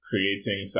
Creating